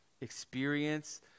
experience